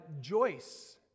Joyce